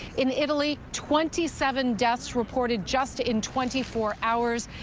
in italy, twenty seven deaths reported just in twenty four hours.